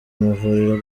amavuriro